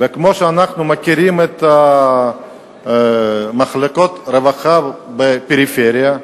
וכמו שאנחנו מכירים את מחלקות הרווחה בפריפריה,